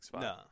No